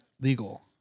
legal